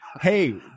hey